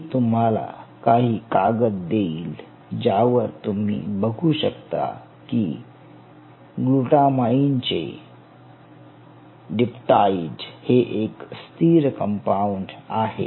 मी तुम्हाला काही कागद देईल ज्यावर तुम्ही बघू शकता की ग्लूटामाइनचे डिप्प्टाइड हे एक स्थिर कंपाउंड आहे